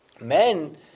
men